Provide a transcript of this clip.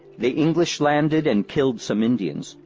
the english landed and killed some indians,